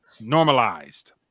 normalized